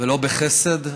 ולא בחסד.